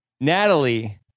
Natalie